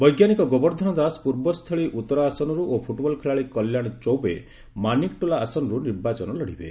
ବୈଜ୍ଞାନିକ ଗୋବର୍ଦ୍ଧନ ଦାସ ପୂର୍ବସ୍ଥଳୀ ଉତ୍ତର ଆସନରୁ ଓ ଫୁଟ୍ବଲ୍ ଖେଳାଳୀ କଲ୍ୟାଣ ଚୌବେ ମାନିକ୍ଟୋଲା ଆସନରୁ ନିର୍ବାଚନ ଲଢ଼ିବେ